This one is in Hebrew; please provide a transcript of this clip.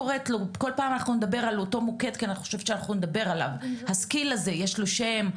כל פעם שנדבר על הסקיל הזה, יש לו שם,